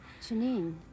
Janine